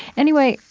anyway,